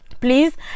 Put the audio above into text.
please